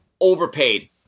overpaid